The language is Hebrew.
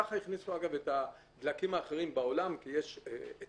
ככה הכניסו אגב את הדלקים האחרים בעולם כי יש אתנול,